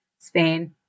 Spain